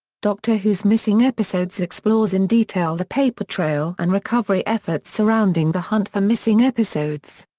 doctor who's missing episodes explores in detail the paper trail and recovery efforts surrounding the hunt for missing episodes.